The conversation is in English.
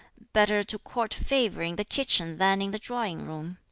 better to court favor in the kitchen than in the drawing-room?